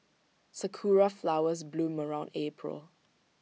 Sakura Flowers bloom around April